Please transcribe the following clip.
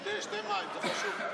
שתה מים, זה חשוב.